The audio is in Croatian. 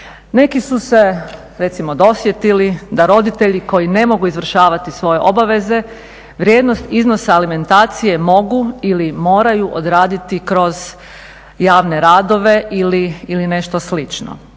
Neki su se recimo dosjetili da roditelji koji ne mogu izvršavati svoje obveze vrijednost iznosa alimentacije mogu ili moraju odraditi kroz javne radove ili nešto slično.